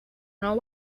know